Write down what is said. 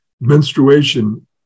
menstruation